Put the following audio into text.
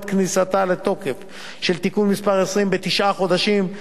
כניסתו לתוקף של תיקון מס' 20 בתשעה חודשים,